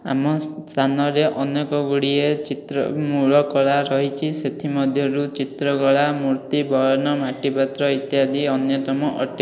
ଆମ ସ୍ଥାନରେ ଅନେକ ଗୁଡ଼ିଏ ଚିତ୍ର ମୂଳ କଳା ରହିଛି ସେଥିମଧ୍ୟରୁ ଚିତ୍ରକଳା ମୂର୍ତ୍ତି ବୟନ ମାଟିପାତ୍ର ଇତ୍ୟାଦି ଅନ୍ୟତମ ଅଟେ